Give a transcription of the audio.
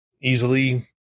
easily